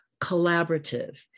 collaborative